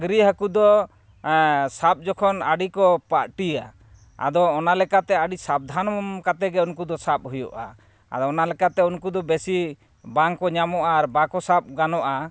ᱢᱟᱺᱜᱽᱨᱤ ᱦᱟᱹᱠᱩ ᱫᱚ ᱥᱟᱵ ᱡᱚᱠᱷᱚᱱ ᱟᱹᱰᱤ ᱠᱚ ᱯᱟᱹᱴᱤᱭᱟ ᱟᱫᱚ ᱚᱱᱟ ᱞᱮᱠᱟᱛᱮ ᱟᱹᱰᱤ ᱥᱟᱵᱫᱷᱟᱱ ᱠᱟᱛᱮᱫ ᱜᱮ ᱩᱱᱠᱩ ᱫᱚ ᱥᱟᱵ ᱦᱩᱭᱩᱜᱼᱟ ᱟᱨ ᱚᱱᱟ ᱞᱮᱠᱟᱛᱮ ᱩᱱᱠᱩ ᱫᱚ ᱵᱮᱥᱤ ᱵᱟᱝᱠᱚ ᱧᱟᱢᱚᱜᱼᱟ ᱟᱨ ᱵᱟᱠᱚ ᱥᱟᱵ ᱜᱟᱱᱚᱜᱼᱟ